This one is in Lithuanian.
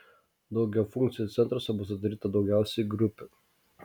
daugiafunkciuose centruose bus atidaryta daugiausiai grupių